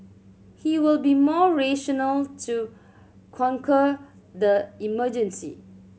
he will be more rational to conquer the emergency